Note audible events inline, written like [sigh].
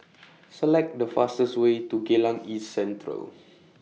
[noise] Select The fastest Way to Geylang East Central